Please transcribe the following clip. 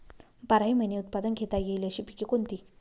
बाराही महिने उत्पादन घेता येईल अशी पिके कोणती?